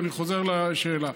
ואני חוזר לשאלה: